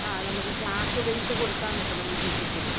ആ നമുക്ക് class wise കൊടുക്കാമെന്നേ ഇപ്പം നമ്മൾ ചിന്തിക്കുന്നത്